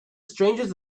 strangest